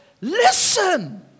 Listen